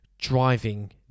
driving